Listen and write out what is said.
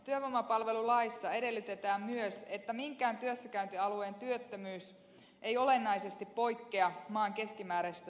työvoimapalvelulaissa edellytetään myös että minkään työssäkäyntialueen työttömyys ei olennaisesti poikkea maan keskimääräisestä tasosta